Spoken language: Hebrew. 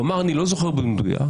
הוא אמר: אני לא זוכר במדויק,